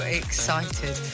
excited